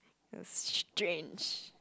it was strange